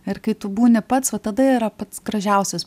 ir kai tu būni pats o tada yra pats gražiausias